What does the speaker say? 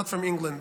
not from England,